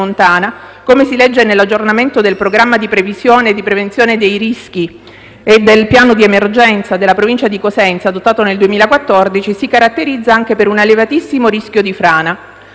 come si legge nell'aggiornamento del programma di previsione e di prevenzione dei rischi e del piano di emergenza della Provincia di Cosenza, adottato nel 2014, si caratterizza anche per un elevatissimo rischio di frana.